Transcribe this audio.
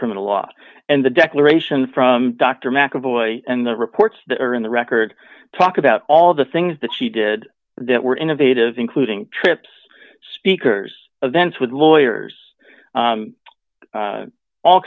criminal law and the declaration from dr mcavoy and the reports that are in the record talk about all of the things that she did that were innovative including trips speakers events with lawyers